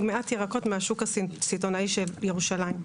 מעט ירקות מהשוק הסיטונאי של ירושלים.